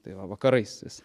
tai va vakarais vis